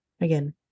again